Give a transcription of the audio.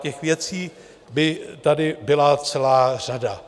Těch věcí by tady byla celá řada.